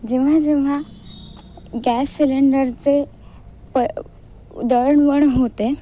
जेव्हा जेव्हा गॅस सिलेंडरचे प दळणवळण होते